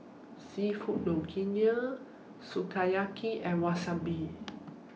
Seafood Linguine Sukiyaki and Wasabi